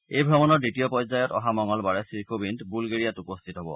এই ভ্ৰমণৰ দ্বিতীয় পৰ্যায়ত অহা মঙলবাৰে শ্ৰীকোবিন্দ বুলগেৰিয়াত উপস্থিত হ'ব